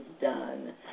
done